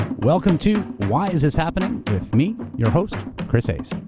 welcome to why is this happening? with me, your host chris hayes.